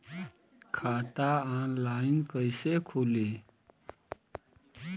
खाता ऑनलाइन कइसे खुली?